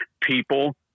people